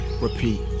repeat